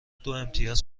دوامتیاز